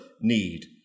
need